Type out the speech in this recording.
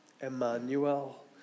Emmanuel